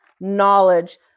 knowledge